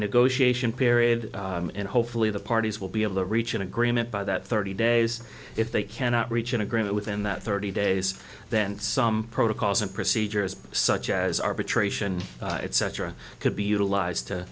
negotiation period and hopefully the parties will be able to reach an agreement by that thirty days if they cannot reach an agreement within that thirty days then some protocols and procedures such as arbitration such a could be utilized to